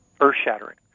earth-shattering